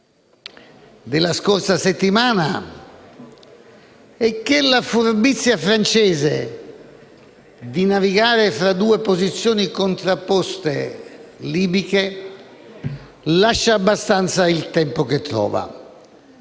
della scorsa settimana è che la furbizia francese di navigare tra due posizioni contrapposte libiche lascia abbastanza il tempo che trova.